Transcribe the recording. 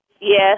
Yes